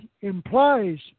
implies